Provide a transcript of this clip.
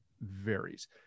varies